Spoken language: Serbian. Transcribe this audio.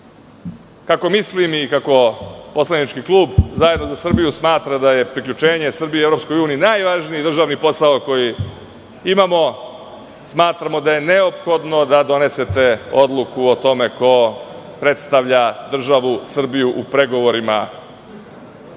mislim i kako poslanički klub ZES smatra da je priključenje Srbije EU najvažniji državni posao koji imamo, smatramo da je neophodno da donesete odluku o tome ko predstavlja državu Srbiju u pregovorima